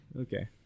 okay